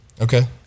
Okay